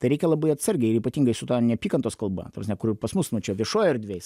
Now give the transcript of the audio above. tai reikia labai atsargiai ir ypatingai su ta neapykantos kalba ta prasme kur pas mus čia viešoj erdvėj